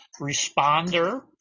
responder